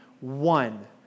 one